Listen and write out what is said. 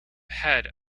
head